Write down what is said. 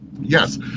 Yes